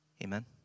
Amen